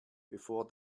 bevor